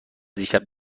دیشب